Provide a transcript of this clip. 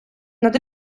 над